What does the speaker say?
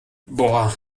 boah